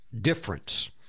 difference